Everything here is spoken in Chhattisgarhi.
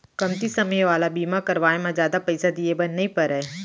कमती समे वाला बीमा करवाय म जादा पइसा दिए बर नइ परय